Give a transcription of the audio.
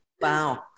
Wow